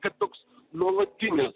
kad toks nuolatinis